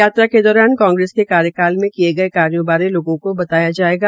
यात्रा के दौरान कांग्रेस के कार्यकाल मे किये गये कार्यो बारे लोगों को बताया जायेगा